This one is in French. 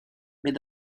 mais